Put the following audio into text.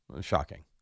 Shocking